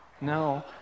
No